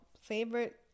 favorite